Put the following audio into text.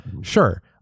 sure